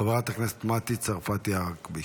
חברת הכנסת מטי צרפתי הרכבי.